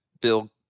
bill